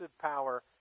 power